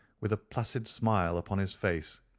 with a placid smile upon his face,